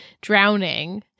drowning